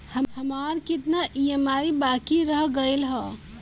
हमार कितना ई ई.एम.आई बाकी रह गइल हौ?